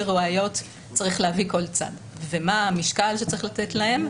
ראיות צריך להביא כל צד ומה המשקל שצריך לתת להן,